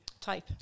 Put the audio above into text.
Type